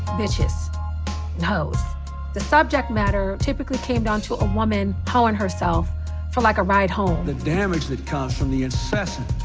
bitches and the subject matter typically came down to a woman hoing herself for like a ride home. the damage that comes from the incessant,